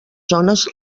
zones